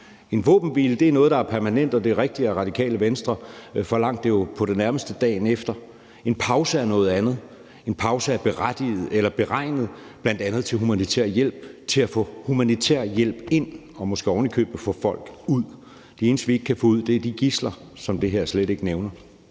En våbenhvile er noget, der er permanent, og det er rigtigt, at Radikale Venstre jo på det nærmeste forlangte det dagen efter. En pause er noget andet; den er bl.a. beregnet til at få humanitær hjælp ind og måske ovenikøbet at få folk ud. De eneste, vi ikke kan få ud, er de gidsler, som det her slet ikke nævner.